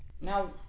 now